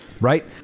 Right